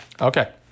Okay